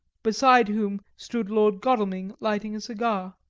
beside whom stood lord godalming lighting a cigar.